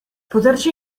poterci